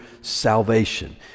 salvation